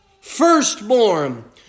firstborn